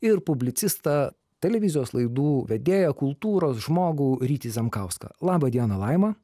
ir publicistą televizijos laidų vedėją kultūros žmogų rytį zemkauską laba diena laima